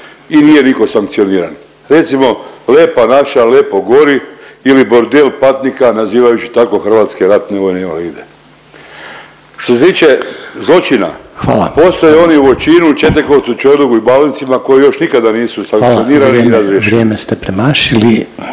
i nije niko sankcioniran. Recimo „lepa naša lepo gori“ ili „bordel patnika“ nazivajući tako hrvatske ratne vojne invalide. Što se tiče zločina… …/Upadica Reiner: Hvala./… …postoje oni u Voćinu, Četekovcu, Čojlugu i Balincima koji još nikada nisu sankcionirani… …/Hvala, vrijeme…/… …i